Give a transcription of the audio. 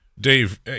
Dave